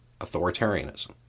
authoritarianism